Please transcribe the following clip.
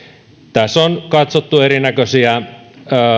tässä on katsottu erinäköisiä